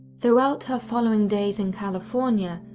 throughout her following days in california,